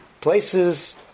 places